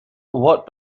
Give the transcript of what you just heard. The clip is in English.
what